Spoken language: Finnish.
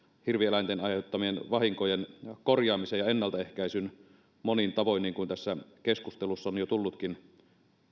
hirvieläinten aiheuttamien vahinkojen korjaamisen ja ennaltaehkäisyn monin tavoin niin kuin tässä keskustelussa on jo tullutkin